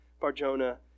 Barjona